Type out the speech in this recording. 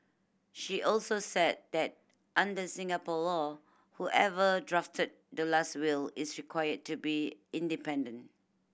she also said that under Singapore law whoever drafted the last will is required to be independent